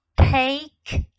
take